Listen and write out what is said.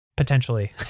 Potentially